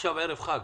עכשיו ערב חג,